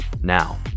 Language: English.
Now